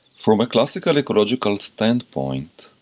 from a classical ecological standpoint,